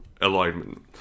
alignment